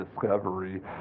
Discovery